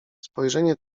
spojrzenie